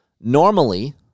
normally